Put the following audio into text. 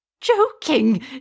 Joking